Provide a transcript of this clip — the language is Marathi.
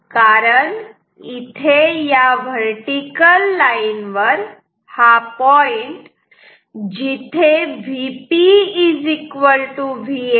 कारण इथे या व्हर्टिकल लाईन वर हा पॉईंट जिथे Vp Vn आहे